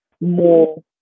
more